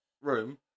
room